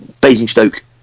Basingstoke